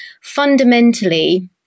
fundamentally